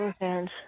hands